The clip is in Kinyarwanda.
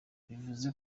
bivuze